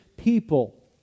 People